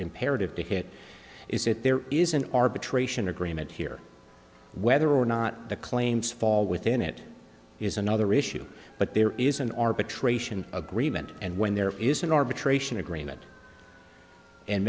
imperative to hit is that there is an arbitration agreement here whether or not the claims fall within it is another issue but there is an arbitration agreement and when there is an arbitration agreement and